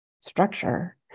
structure